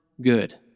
good